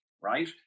right